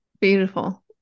beautiful